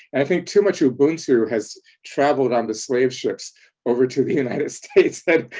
i think too much ubuntu has traveled on the slave ships over to the united states that